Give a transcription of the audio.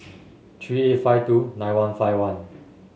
three eight five two nine one five one